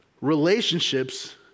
Relationships